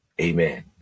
Amen